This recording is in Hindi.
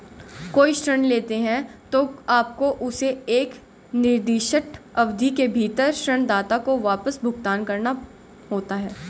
कोई ऋण लेते हैं, तो आपको उसे एक निर्दिष्ट अवधि के भीतर ऋणदाता को वापस भुगतान करना होता है